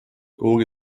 kuhugi